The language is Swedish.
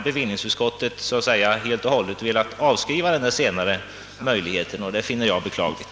Bevillningsutskottet har helt och hållet velat avskriva den senare möjligheten, och det finner jag beklagligt.